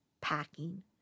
packing